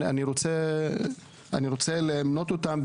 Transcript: אני רוצה למנות אותם,